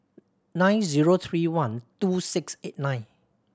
nine zero three one two six eight nine